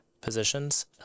positions